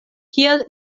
kiel